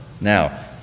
Now